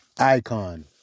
Icon